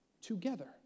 together